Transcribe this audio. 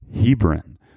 Hebron